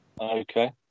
Okay